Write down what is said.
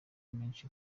menshi